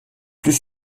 plus